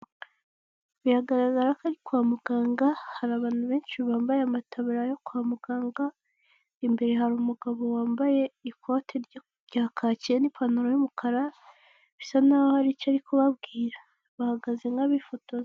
Biragaragara ko ari kwa muganga hari abantu benshi bambaye amataburiya yo kwa muganga, imbere hari umugabo wambaye ikote rya kacyi n'ipantaro y'umukara bisa n'aho hari icyo ari kubabwira bahagaze nk'abifotoza.